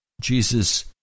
Jesus